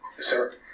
Sir